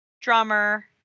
Drummer